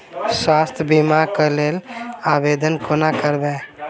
स्वास्थ्य बीमा कऽ लेल आवेदन कोना करबै?